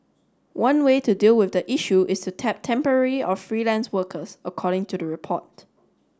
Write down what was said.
one way to deal with the issue is to tap temporary or freelance workers according to the report